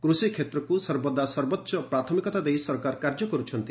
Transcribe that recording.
କୃଷି କ୍ଷେତ୍ରକୁ ସର୍ବଦା ସର୍ବୋଚ୍ଚ ପ୍ରାଥମିକତା ଦେଇ ସରକାର କାର୍ଯ୍ୟ କରୁଛନ୍ତି